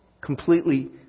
Completely